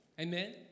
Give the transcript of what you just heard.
Amen